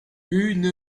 une